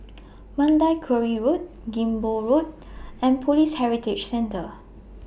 Mandai Quarry Road Ghim Moh Road and Police Heritage Centre